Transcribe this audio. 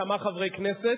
כמה חברי כנסת,